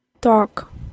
talk